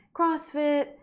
CrossFit